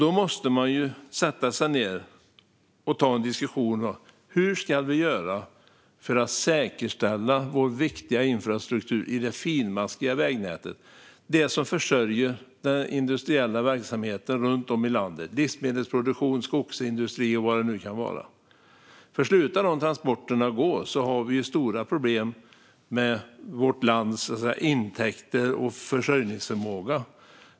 Då måste man sätta sig ned och ta en diskussion om hur vi ska göra för att säkerställa vår viktiga infrastruktur i det finmaskiga vägnätet, alltså det som försörjer den industriella verksamheten runt om i landet - livsmedelsproduktion, skogsindustri och vad det nu kan vara. Slutar de transporterna att gå har vi stora problem med vårt lands intäkter och försörjningsförmåga.